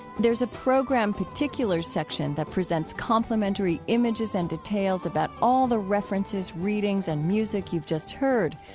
there's a program particulars section that presents complementary images and details about all the references, readings, and music you've just heard.